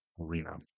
arena